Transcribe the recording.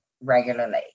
regularly